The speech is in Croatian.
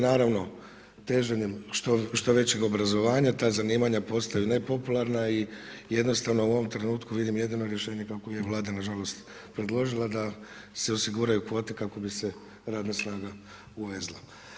Naravno teženjem što većeg obrazovanja ta zanimanja postaju nepopularna i jednostavno u ovom trenutku vidim jedino rješenje kako ju je Vlada na žalost predložila da se osiguraju kvote kako bi se radna snaga uvezla.